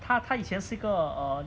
她她以前是个 err